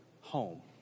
home